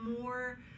more